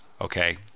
okay